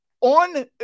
on